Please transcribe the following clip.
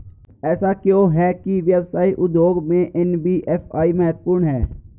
ऐसा क्यों है कि व्यवसाय उद्योग में एन.बी.एफ.आई महत्वपूर्ण है?